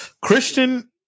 Christian